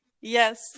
Yes